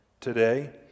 today